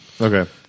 Okay